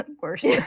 worse